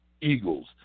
Eagles